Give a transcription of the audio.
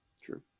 True